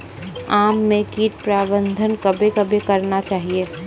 आम मे कीट प्रबंधन कबे कबे करना चाहिए?